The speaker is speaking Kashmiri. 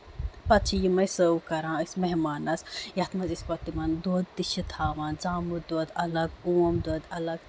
پَتہٕ چھِ یِم أسۍ سرٕو کران أسۍ میٚہمانَس یَتھ منٛز أسۍ تِمن پَتہٕ دۄد تہِ چھِ تھاوان زامُت دۄد اَلگ اوم دۄد اَلگ